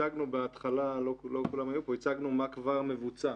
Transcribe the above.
הצגנו בהתחלה מה כבר מבוצע,